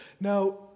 Now